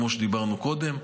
כמו שדיברנו קודם.